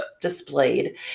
displayed